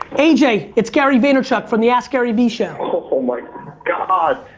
a j. it's gary vaynerchuk from the askgaryvee show. oh my god,